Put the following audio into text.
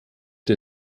der